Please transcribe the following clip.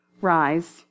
rise